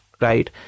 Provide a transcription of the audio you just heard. right